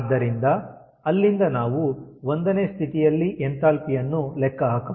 ಆದ್ದರಿಂದ ಅಲ್ಲಿಂದ ನಾವು 1ನೇ ಸ್ಥಿತಿಯಲ್ಲಿ ಎಂಥಾಲ್ಪಿ ಯನ್ನು ಲೆಕ್ಕ ಹಾಕಬಹುದು